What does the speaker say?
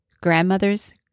grandmothers